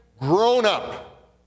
grown-up